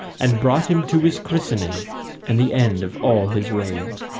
and brought him to his christening and the end of all his raids.